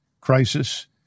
crisis